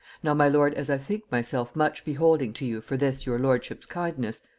now, my lord, as i think myself much beholding to you for this your lordship's kindness,